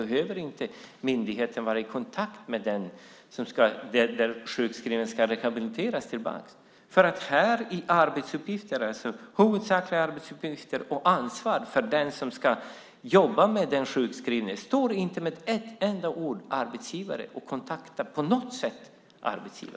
Behöver inte längre myndigheten vara i kontakt med den arbetsplats som den sjukskrivne ska rehabiliteras tillbaka till?